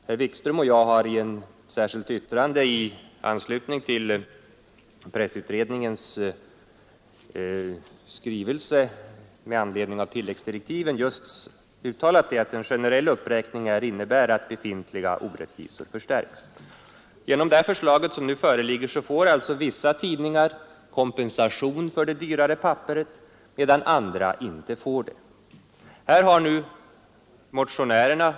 Herr Wikström och jag har i ett särskilt yttrande till pressutredningens skrivelse med anledning av tilläggsdirektiven just uttalat att en generell uppräkning innebär att befintliga orättvisor förstärks. Genom det förslag som nu föreligger får alltså vissa tidningar kompensation för det dyrare papperet, medan andra inte får det.